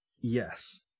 Yes